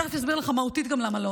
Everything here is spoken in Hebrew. למה לא?